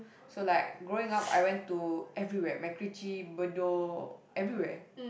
so like growing up I went to everywhere MacRitchie Bedok everywhere